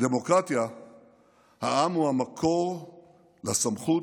בדמוקרטיה העם הוא המקור לסמכות,